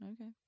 Okay